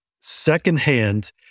secondhand